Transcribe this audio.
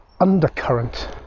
undercurrent